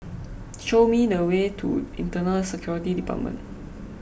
show me the way to Internal Security Department